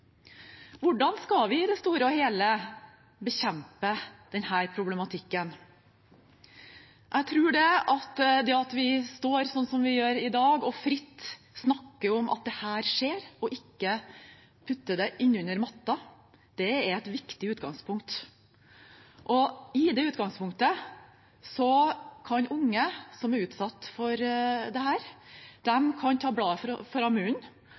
Hvordan skal vi i det store og hele bekjempe denne problematikken? Jeg tror at det at vi står her i dag og fritt snakker om at dette skjer, og ikke dytter det inn under matta, er et viktig utgangspunkt. Med det utgangspunktet kan unge som er utsatt for dette, ta bladet fra